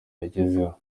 yagezeho